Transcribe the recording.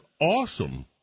awesome